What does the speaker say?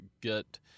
get